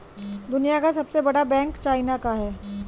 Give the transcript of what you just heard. दुनिया का सबसे बड़ा बैंक चाइना का है